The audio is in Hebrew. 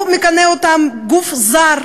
הוא מכנה אותם "גוף זר",